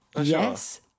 yes